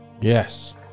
Yes